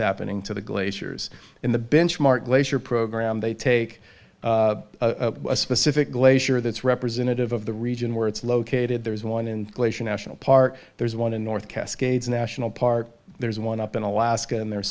happening to the glaciers in the benchmark glacier program they take a specific glacier that's representative of the region where it's located there's one in glacier national park there's one in north cascades national park there's one up in alaska and there